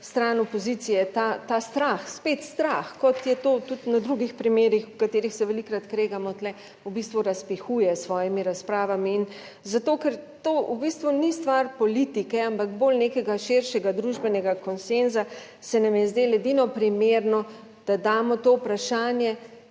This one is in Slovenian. stran opozicije ta strah, spet strah kot je to tudi na drugih primerih, o katerih se velikokrat kregamo, tu v bistvu razpihuje s svojimi razpravami. In zato, ker to v bistvu ni stvar politike ampak bolj nekega širšega družbenega konsenza, se nam je zdelo edino primerno, da damo to vprašanje